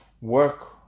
work